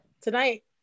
tonight